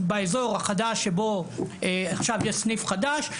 באזור החדש שבו עכשיו יש סניף חדש,